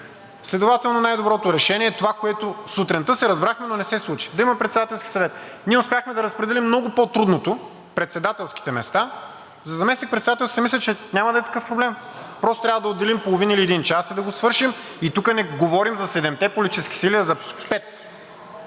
Следователно най-доброто решение е това, което сутринта се разбрахме, но не се случи – да има Председателски съвет. Ние успяхме да разпределим много по-трудното – председателските места. За заместник-председателските мисля, че няма да е такъв проблем. Просто трябва да отделим половин или един час и да го свършим. И тук не говорим за седемте политически сили, а за пет.